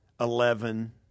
eleven